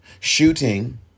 shooting